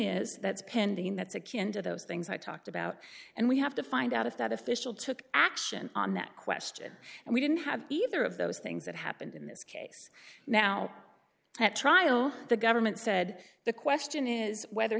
is that's pending that's akin to those things i talked about and we have to find out if that official took action on that question and we didn't have either of those things that happened in this case now at trial the government said the question is whether